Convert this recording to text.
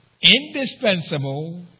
indispensable